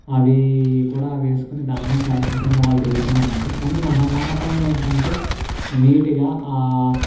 అవి కూడా వేసుకోని దాన్నే ఫ్యాషన్ కింద వాళ్ళు తిరుగుతున్నారు అండి కానీ మనం మన టైమ్లో ఏంటి అంటే నీట్గా